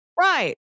right